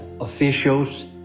officials